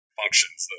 functions